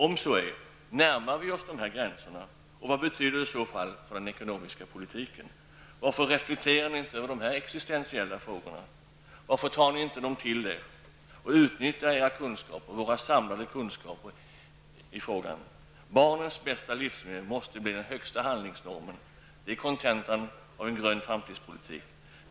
Om så är fallet, närmar vi oss dessa gränser, och vad betyder det i så fall för den ekonomiska politiken? Varför reflekterar ni inte över dessa existensiella frågor? Varför tar ni dem inte till er och utnyttjar de samlade kunskaperna i ämnet? Barnens bästa livsmiljö måste bli den högsta handlingsnormen. Det är kontentan av en grön framtidspolitik.